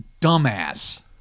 dumbass